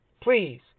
please